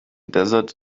desert